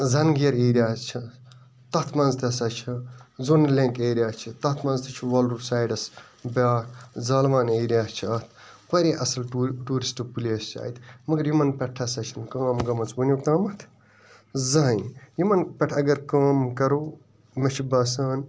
زنہٕ گیٖر ایٚریاز چھ تتھ مَنٛز تہِ ہَسا چھ زوٗنہٕ لینٛگتھ ایٚریا چھ تتھ مَنٛز تہِ چھُ وۄلُر سایڈَس بیٛاکھ زالمان ایریا چھ اَتھ واریاہ اَصٕل ٹو ٹیٛورِسٹ پُلیس چھ اَتہِ مگر یمن پٮ۪ٹھ ہَسا چھَ نہٕ کٲم گٔمٕژ وُنیُکتامَتھ زٕہٕنٛۍ یمن پٮ۪ٹھ اگر کٲم کرو مےٚ چھُ باسان